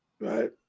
right